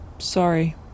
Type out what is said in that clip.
sorry